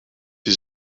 sie